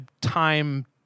time